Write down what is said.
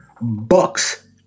Bucks